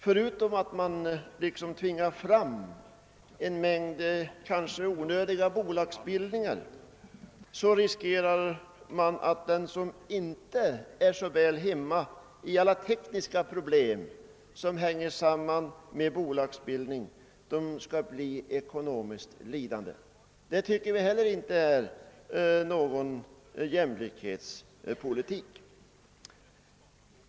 Förutom att man framtvingar en mängd bolagsbildningar som kanske är onödiga riskerar man att den, som inte är så väl hemmastadd i alla tekniska problem som sammanhänger med bolagsbildning, blir ekonomiskt lidande. Det är inte heller någon jämlikhetspolitik enligt vår åsikt.